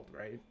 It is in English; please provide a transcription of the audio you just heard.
right